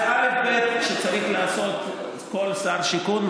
זה אלף-בית שצריך לעשות כל שר שיכון.